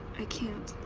i can't.